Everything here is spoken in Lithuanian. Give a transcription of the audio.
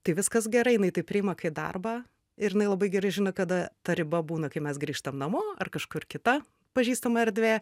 tai viskas gerai jinai tai priima kaip darbą ir jinai labai gerai žino kada ta riba būna kai mes grįžtam namo ar kažkur kita pažįstama erdvė